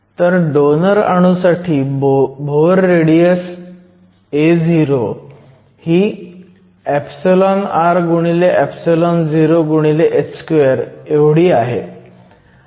तर डोनर अणू साठी बोहर रेडियस ao΄ ही roh2 आहे